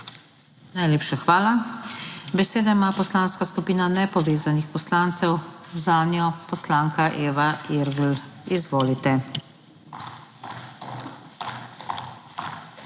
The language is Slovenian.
Najlepša hvala. Besedo ima Poslanska skupina nepovezanih poslancev, zanjo poslanka Eva Irgl. Izvolite.